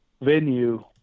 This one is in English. venue